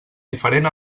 diferent